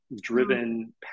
driven